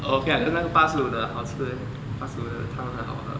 okay lah 可是那个八十五的好吃 leh 八十五的汤很好喝